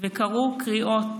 וקראו קריאות